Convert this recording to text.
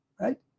right